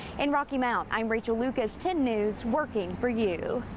in rocky mount, i'm rachel lucas ten news working for you.